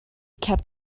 kept